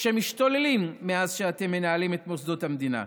שמשתוללים מאז שאתם מנהלים את מוסדות המדינה.